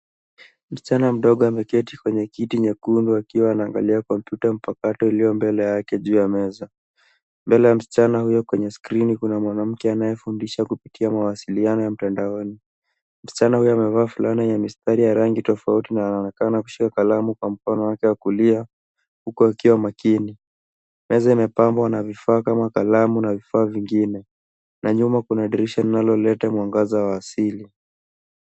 Msichana mdogo ameketi kwenye kiti nyekundu akiwa anaangalia kompyuta mpakato iliyo mbele yake juu ya meza. Mbele ya msichana huyo kwenye skrini kuna mwanamke anayefundisha kupitia mawasiliano ya mtandaoni. Msichana huyo amevaa fulana yenye mistari ya rangi tofauti na anaonekana kushika kalamu Kwa mkono wake wa kulia huku akiwa maakini. Meza imepangwa na vifaa kama kalamu na vifaa vingine na nyuma kuna dirisha linaloleta mwangaza wa asili.